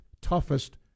toughest